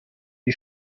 die